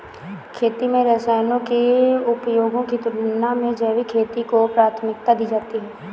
खेती में रसायनों के उपयोग की तुलना में जैविक खेती को प्राथमिकता दी जाती है